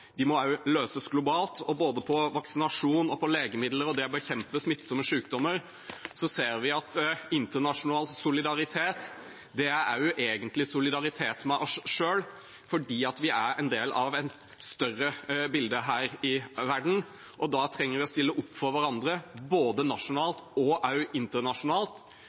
må løses globalt, og både når det gjelder vaksinasjon, legemidler og det å bekjempe smittsomme sykdommer, ser vi at internasjonal solidaritet egentlig også er solidaritet med oss selv, fordi vi er en del av et større bilde her i verden. Da trenger vi å stille opp for hverandre både nasjonalt og internasjonalt